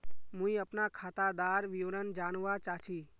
मुई अपना खातादार विवरण जानवा चाहची?